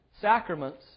sacraments